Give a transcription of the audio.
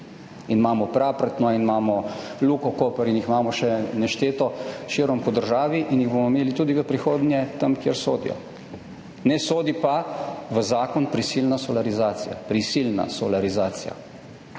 Imamo Prapretno in imamo Luko Koper in jih imamo še nešteto širom države in jih bomo imeli tudi v prihodnje tam, kamor sodijo. Ne sodi pa v zakon prisilna solarizacija vseh večjih